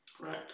Right